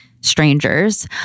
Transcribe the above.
strangers